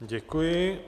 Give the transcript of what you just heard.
Děkuji.